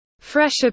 fresher